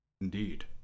Indeed